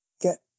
get